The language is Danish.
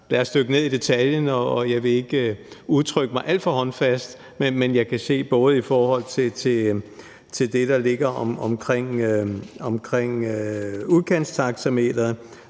Lad os dykke ned i detaljen. Jeg vil ikke udtrykke mig alt for håndfast, men både i forhold til det, der ligger omkring udkantstaxameteret,